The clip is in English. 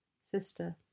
Sister